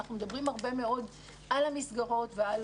אנחנו מדברים הרבה מאוד על המסגרות ועל